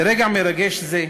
ברגע מרגש זה,